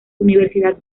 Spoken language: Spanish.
universidad